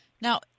Now